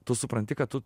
tu supranti kad tu